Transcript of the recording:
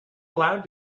allowed